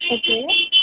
okay